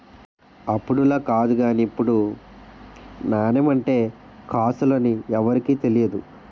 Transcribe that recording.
అప్పుడులా కాదు గానీ ఇప్పుడు నాణెం అంటే కాసులు అని ఎవరికీ తెలియదు